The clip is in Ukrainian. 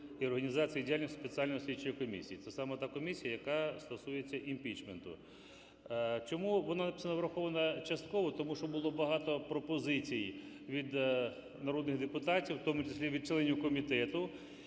і організацію діяльності Спеціальної слідчої комісії. Це саме та комісія, яка стосується імпічменту. Чому було написано "враховано частково"? Тому що було багато пропозицій від народних депутатів, у тому числі від членів комітету.